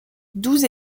douze